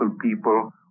people